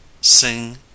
Sing